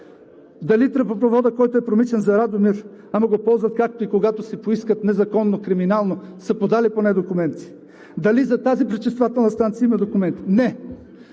дали тръбопроводът, който е промишлен за Радомир, но го ползват както и когато си поискат незаконно, криминално, са подали поне документи, дали за тази пречиствателна станция има документи? Не.